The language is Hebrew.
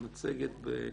המצגת בנייר?